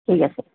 ঠিক আছে